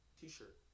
T-shirt